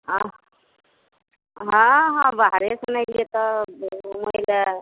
हँ हँ हँ बाहरे